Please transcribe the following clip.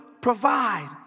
provide